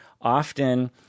often